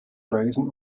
reisen